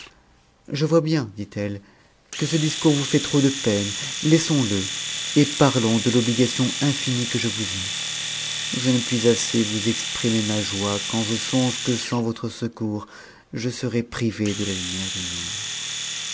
je vois bien dit-elle que ce discours vous fait trop de peine laissons-le et parlons de l'obligation infinie que je vous ai je ne puis assez vous ex primer ma joie quand je songe que sans votre secours je serais privée de la lumière du jour